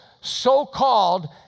So-called